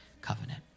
covenant